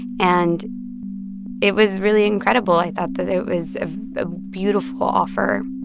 and it was really incredible. i thought that it was a beautiful offer,